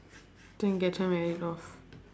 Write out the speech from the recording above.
go and get her married off